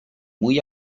muy